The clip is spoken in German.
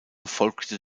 folgte